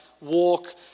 walk